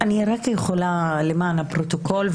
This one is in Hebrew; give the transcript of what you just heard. אני רק יכולה לומר משהו למען הפרוטוקול?